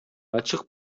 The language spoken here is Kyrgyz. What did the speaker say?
ачык